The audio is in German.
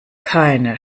keine